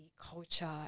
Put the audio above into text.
culture